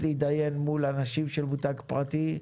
ולהידיין מול אנשים של מותג פרטי.